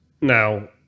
Now